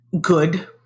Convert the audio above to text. Good